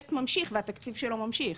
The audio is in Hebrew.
--- הכנסת ממשיך והתקציב שלו ממשיך.